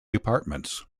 departments